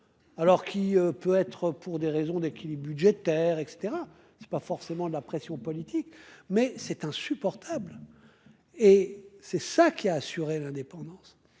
Alors qui peut être pour des raisons d'équilibre budgétaire et cetera, c'est pas forcément la pression politique mais c'est insupportable. Et c'est ça qui a assuré l'indépendance.